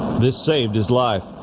this saved his life